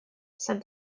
said